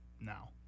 now